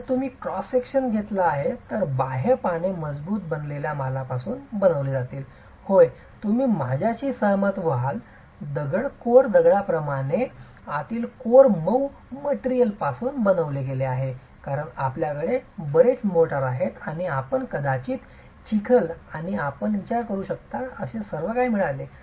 तर जर तुम्ही हा क्रॉस सेक्शन घेतला तर बाह्य पाने मजबूत बनलेल्या मालापासून बनविली जातील होय तुम्ही माझ्याशी सहमत व्हाल दगड कोर दगडाप्रमाणे आतील कोर मऊ मटेरियलपासून बनवले गेले आहे कारण आपल्याकडे बरेच मोर्टार आहेत आणि आपण कदाचित चिखल आणि आपण विचार करू शकता असे सर्वकाही मिळाले